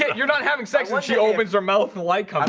you're not having sex when she opens her mouth like ah